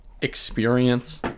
experience –